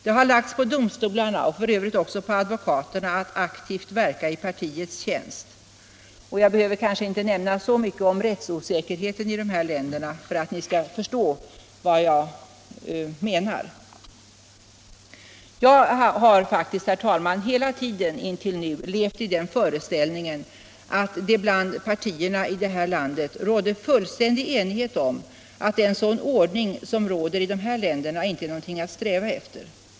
Man har lagt på domstolarna och f.ö. på advokaterna att aktivt verka i partiets tjänst. Jag behöver kanske inte nämna så mycket om rättsosäkerheten i dessa länder för att ni skall förstå vad jag menar. Jag har faktiskt, herr talman, hela tiden intill nu levt i den föreställningen att det bland partierna här i landet råder fullständig enighet om att ordningen i dessa länder inte är någonting att sträva efter.